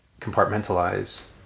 compartmentalize